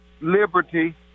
liberty